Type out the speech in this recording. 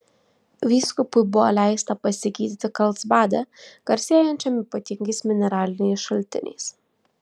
vyskupui buvo leista pasigydyti karlsbade garsėjančiam ypatingais mineraliniais šaltiniais